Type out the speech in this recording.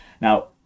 now